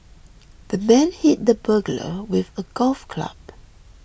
the man hit the burglar with a golf club